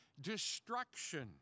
destruction